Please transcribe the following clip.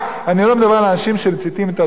אני לא מדבר על אנשים שמציתים את עצמם.